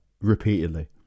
repeatedly